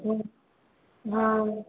हुँ हँ